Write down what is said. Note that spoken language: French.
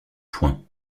point